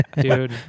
Dude